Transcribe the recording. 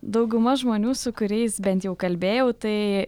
dauguma žmonių su kuriais bent jau kalbėjau tai